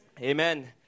Amen